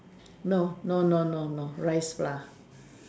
no no no no no rice flour